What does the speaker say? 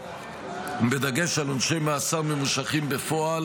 בדגש על עונשי מאסר הממושכים בפועל.